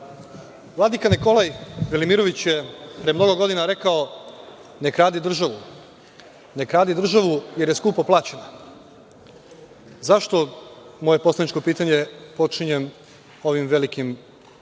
Vladika Nikolaj Velimirović je pre mnogo godina rekao „ne kradi državu, jer je skupo plaćena“.Zašto moje poslaničko pitanje počinje ovim velim rečima?